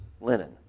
linen